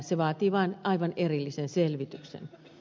se vaan vaatii aivan erillisen selvityksen